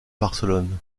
barcelone